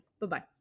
Bye-bye